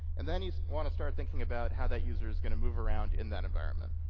and then, you want to start thinking about how that user's going to move around in that environment.